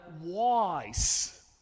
wise